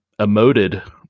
emoted